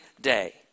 day